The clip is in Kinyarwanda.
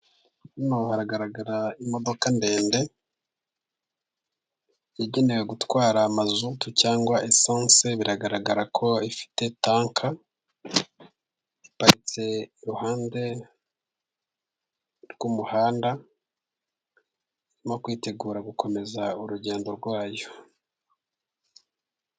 Hano haragaragara imodoka ndende yagenewe gutwara amazutu, cyangwa esanse. Biragaragara ko ifite itanki. Iparitse iruhande rw'umuhanda, irimo kwitegura gukomeza urugendo rwayo.